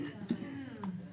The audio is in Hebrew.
נושא חדש.